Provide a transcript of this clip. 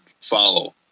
follow